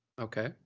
Okay